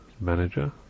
manager